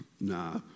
Nah